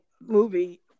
movie